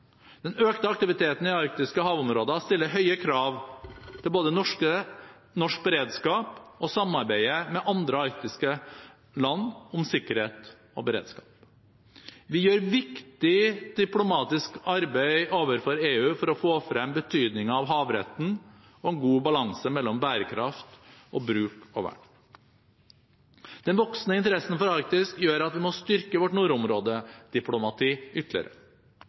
Den økte aktiviteten i arktiske havområder stiller høye krav til både norsk beredskap og samarbeidet med andre arktiske land om sikkerhet og beredskap. Vi gjør viktig diplomatisk arbeid overfor EU for å få frem betydningen av havretten og en god balanse mellom bærekraft, bruk og vern. Den voksende interessen for Arktis gjør at vi må styrke vårt nordområdediplomati ytterligere.